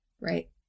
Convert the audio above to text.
Right